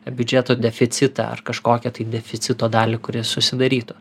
biudžeto deficitą ar kažkokią tai deficito dalį kuri susidarytų